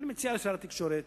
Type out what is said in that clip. אני מציע לשר התקשורת,